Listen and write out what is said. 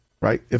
right